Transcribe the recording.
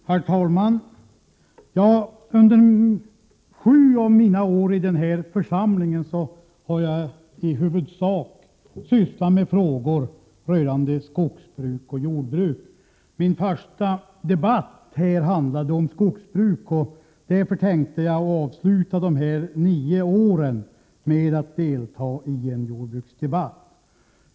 Herr talman! Under sju av mina nio år i den här församlingen har jag i huvudsak sysslat med frågor rörande skogsbruk och jordbruk. Min första debatt handlade om skogsbruk, och jag tänkte därför avsluta den här nioårsperioden med att delta i en jordbruksdebatt.